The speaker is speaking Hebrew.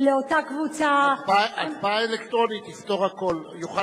לבני ובנות השירות הלאומי שיוכלו לממש את החובה האזרחית שלהם ולהצביע